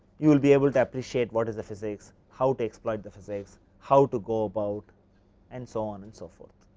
you will be able to appreciate what is the physics how to exploit the physics how to go about and so on and so forth.